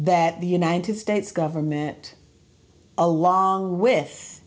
that the united states government along with